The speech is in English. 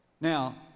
now